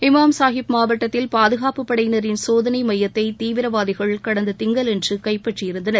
இமாம் சாஹிப் மாவட்டத்தில் பாதுகாப்பு படையினரின் சோதனை மையத்தை தீவிரவாதிகள் கடந்த திங்களன்று கைப்பற்றி இருந்தனர்